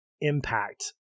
impact